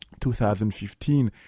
2015